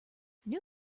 new